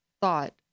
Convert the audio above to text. thought